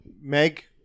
Meg